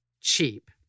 cheap